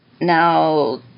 Now